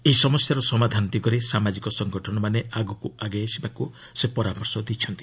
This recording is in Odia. ଏହି ସମସ୍ୟାର ସମାଧାନ ଦିଗରେ ସାମାଜିକ ସଂଗଠନମାନେ ଆଗକୁ ଆଗେଇ ଆସିବାକୁ ସେ ପରାମର୍ଶ ଦେଇଛନ୍ତି